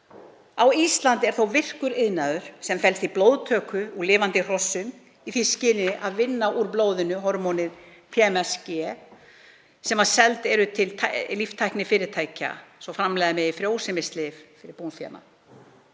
Á Íslandi er þó virkur iðnaður sem felst í blóðtöku úr lifandi hrossum í því skyni að vinna úr blóðinu hormónið PMSG sem selt er til líftæknifyrirtækja svo framleiða megi frjósemislyf fyrir búfénað.